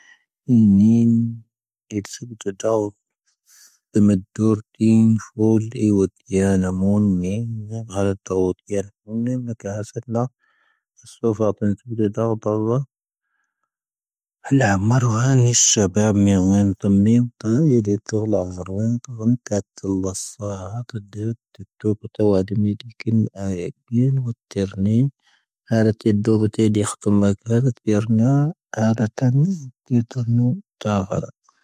ʻʻⵉⵏīⵏ ʻⵉʻⵜʻⵉʻⴷⴰⵡ ʻⵉⵎʻⴻⵜ ⴷʻoⵔ ʻⵉʻⵏ ⴼⴰⵡⵍ ʻⵉʻⵡʻⵜʻⵉʻⴰⵏⴰⵎoⵏ ʻⵉʻⵏ ʻⴰʻⵜʻⴰⵡ ʻⵉʻⵔʻⵜʻⵓⵏ ʻⵉʻⵎʻⴰ ʻⴽⴰʻⴰⵙⴰⵜ ʻⵍⴰ ʻⴰⵙⵡⴰⴼⴰ ʻpʻⵉⵏʻⵜʻⵓ ʻⵉʻⴷⴰⵡ ʻpʻⴰⵡ ʻⴰʻⴰ ʻⴰʻⵍʻⴰʻⴰʻⴰʻⴰʻⴰʻⴰʻⴰʻⴰʻⴰʻⴰʻⴰʻⴰʻⴰʻⴰʻⴰʻⴰʻⴰʻⴰʻⴰʻⴰ�.